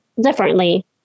differently